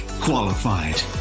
qualified